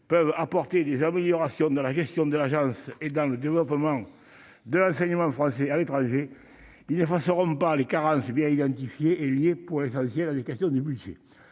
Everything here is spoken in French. peuvent apporter des améliorations dans la gestion de l'agence et dans le développement de l'enseignement français à l'étranger, il y vrai seront pas les carences bien il y a. Il est liée pour l'essentiel à des questions du budget